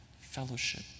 fellowship